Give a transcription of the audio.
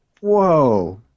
whoa